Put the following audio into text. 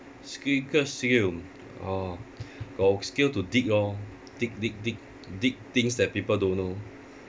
secret skill orh got skill to dig lor dig dig dig dig things that people don't know